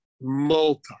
Multi